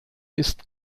ist